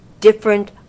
different